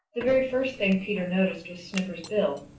the very first thing peter noticed was snipper's bill.